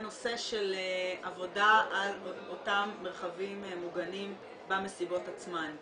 עבודה על אותם מרחבים מוגנים במסיבות עצמן.